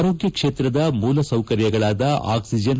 ಆರೋಗ್ಯ ಕ್ಷೇತ್ರದ ಮೂಲಸೌಕರ್ಯಗಳಾದ ಅಕ್ಸಿಜನ್